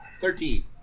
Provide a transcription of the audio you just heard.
Thirteen